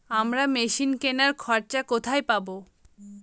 আমরা মেশিন কেনার খরচা কোথায় পাবো?